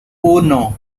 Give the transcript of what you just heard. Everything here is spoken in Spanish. uno